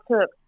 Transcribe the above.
took